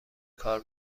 کار